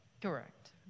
Correct